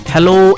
Hello